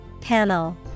Panel